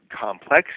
complex